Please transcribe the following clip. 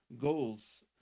goals